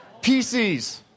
PCs